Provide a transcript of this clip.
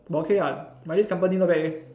but okay what but this company not bad leh